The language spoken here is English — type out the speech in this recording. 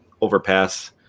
overpass